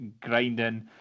grinding